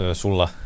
sulla